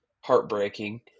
heartbreaking